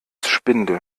spinde